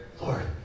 Lord